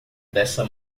dessa